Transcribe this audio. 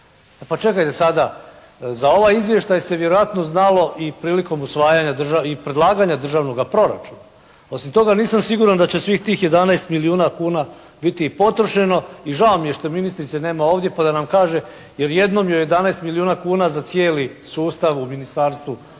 Pa čekajte sada, za ovaj izvještaj se vjerojatno znalo i prilikom usvajanja, i predlaganja državnoga proračuna. Osim toga, nisam siguran da će svih tih 11 milijuna kuna biti i potrošeno i žao mi je što ministrice nema ovdje pa da nam kaže jer jednom joj je 11 milijuna kuna za cijeli sustav u Ministarstvu